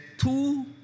two